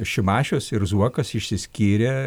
šimašius ir zuokas išsiskyrė